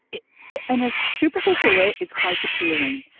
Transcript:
in a and ah superficial way, it's quite appealing.